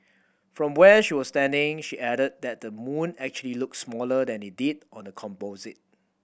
from where she was standing she added that the moon actually looked smaller than it did on the composite